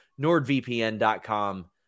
NordVPN.com